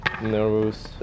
nervous